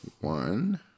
One